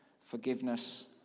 forgiveness